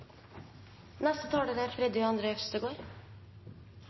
Neste taler er